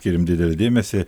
skiriam didelį dėmesį